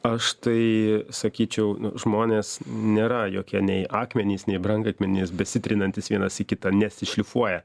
aš tai sakyčiau žmonės nėra jokie nei akmenys nei brangakmenys besitrinantys vienas į kitą nesi šlifuoja